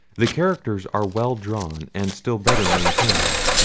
the characters are well drawn, and still better maintained.